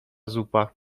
zupa